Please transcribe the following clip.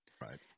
Right